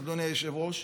אדוני היושב-ראש,